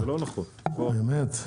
באמת.